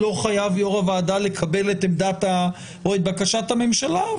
יו"ר הוועדה לא חייב לקבל את עמדת או את בקשת הממשלה,